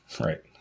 Right